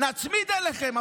נצמיד אליכם,